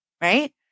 right